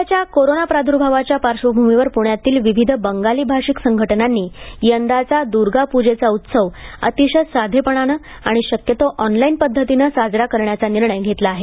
सध्याच्या कोरोना प्रादुर्भावाच्या पार्श्वभूमीवर पुण्यातील विविध बंगाली भाषिक संघटनांनी यंदाचा दुर्गा पूजेचा उत्सव अतिशय साधेपणानं आणि शक्यतो ऑनलाईन पद्धतीनं साजरा करण्याचा निर्णय घेतला आहे